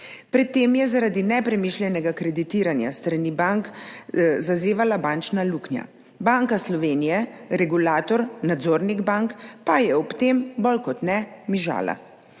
Pred tem je zaradi nepremišljenega kreditiranja s strani bank zazevala bančna luknja, Banka Slovenije, regulator, nadzornik bank, pa je ob tem bolj kot ne mižala.